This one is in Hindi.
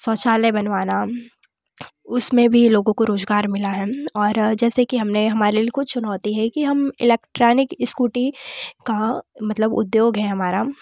शौचालय बनवाना उसमें भी लोगों को रोज़गार मिला है और जैसे कि हमने हमालिल को चुनौती है कि हम इलेक्ट्रॉनिक इस्कूटी का मतलब उद्दोग है हमारा